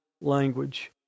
language